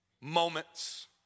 moments